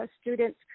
students